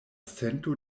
sento